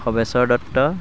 Khageswar Dutta